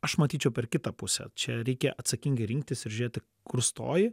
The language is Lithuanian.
aš matyčiau per kitą pusę čia reikia atsakingai rinktis ir žiūrėti kur stoji